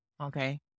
Okay